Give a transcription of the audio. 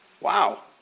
Wow